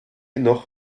noch